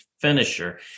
finisher